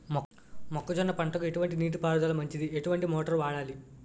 మొక్కజొన్న పంటకు ఎటువంటి నీటి పారుదల మంచిది? ఎటువంటి మోటార్ వాడాలి?